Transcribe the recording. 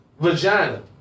vagina